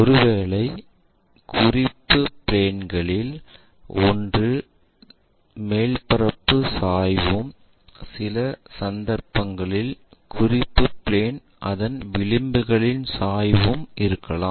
ஒருவேளை குறிப்பு பிளேன்ளில் ஒன்றில் மேற்பரப்பு சாய்வும் சில சந்தர்ப்பங்களில் குறிப்பு பிளேன் அதன் விளிம்புகளின் சாய்வும் இருக்கலாம்